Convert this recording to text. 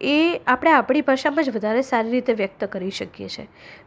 એ આપણે આપણી ભાષામાં જ વધારે સારી રીતે વ્યક્ત કરી શકીએ છે